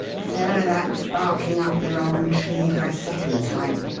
so that's barking up the wrong tree for a second time.